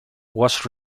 was